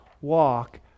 walk